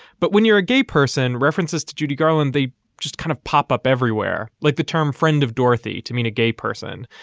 but when you're a gay person, references to judy garland, they just kind of pop up everywhere, like the term friend of dorothy to mean a gay person.